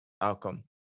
outcome